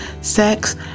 sex